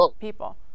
people